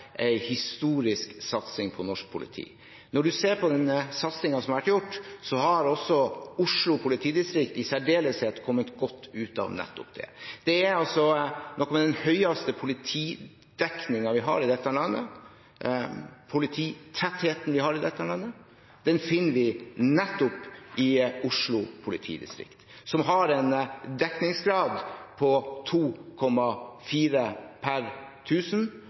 historisk satsing på norsk politi. Når man ser på den satsingen som har vært, har Oslo politidistrikt i særdeleshet kommet godt ut av det. Noe av den høyeste polititettheten vi har i dette landet, finner vi nettopp i Oslo politidistrikt. De har en dekningsgrad på 2,4 per